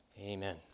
Amen